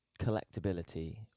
collectability